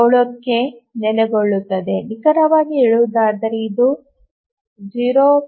7 ಕ್ಕೆ ನೆಲೆಗೊಳ್ಳುತ್ತದೆ ನಿಖರವಾಗಿ ಹೇಳುವುದಾದರೆ ಇದು 0